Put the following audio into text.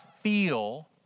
feel